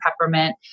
Peppermint